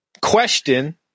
question